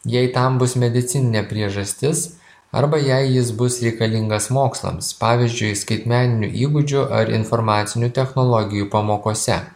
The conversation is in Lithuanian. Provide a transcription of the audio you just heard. jei tam bus medicininė priežastis arba jei jis bus reikalingas mokslams pavyzdžiui skaitmeninių įgūdžių ar informacinių technologijų pamokose